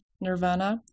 Nirvana